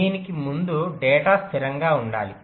దీనికి ముందు డేటా స్థిరంగా ఉండాలి